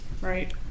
right